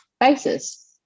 basis